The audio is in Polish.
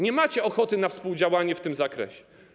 Nie macie ochoty na współdziałanie w tym zakresie.